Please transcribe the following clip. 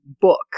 book